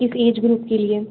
کس age group کے لیے